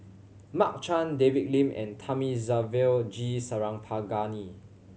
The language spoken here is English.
Mark Chan David Lim and Thamizhavel G Sarangapani